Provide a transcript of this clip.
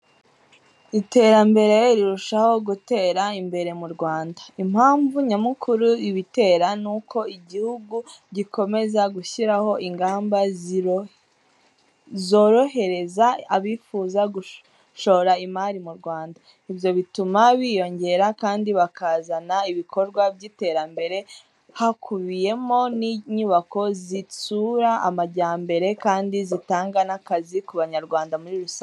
Iterambere rirushaho gutera imbere mu Rwanda. Impamvu nyamukuru ibitera nuko igihugu gikomeza gushyiraho ingamba zorohereza abifuza gushora imari mu Rwanda. Ibyo bituma biyongera kandi bakazana ibikorwa by'iterambere hakubiyemo n'inyubako zitsura amajyambere kandi zitanga n'akazi ku Banyarwanda muri rusange.